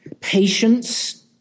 patience